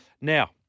Now